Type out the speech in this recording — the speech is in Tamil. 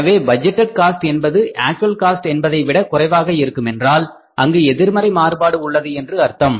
எனவே பட்ஜெட்டேட் காஸ்ட் என்பது ஆக்ச்வல் காஸ்ட் என்பதை விட குறைவாக இருக்குமென்றால்அங்கு எதிர்மறை மாறுபாடு உள்ளது என்று அர்த்தம்